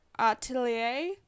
atelier